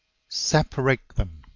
separate them.